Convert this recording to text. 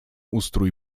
ustrój